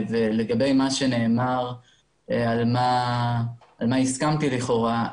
לגבי מה שנאמר על מה הסכמתי לכאורה.